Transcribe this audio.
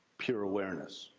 pure awareness.